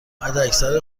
حداکثر